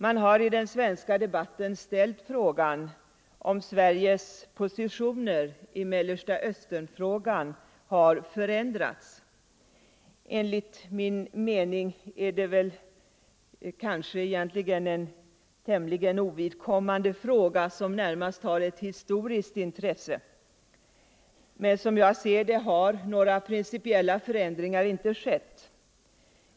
Man har i den svenska debatten ställt frågan om Sveriges positioner i Mellersta Östern-frågan har förändrats. Enligt min mening är det egentligen en tämligen ovidkommande fråga — den har närmast ett historiskt intresse. Som jag ser det har några principiella förändringar inte skett.